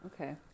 okay